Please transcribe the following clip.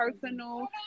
personal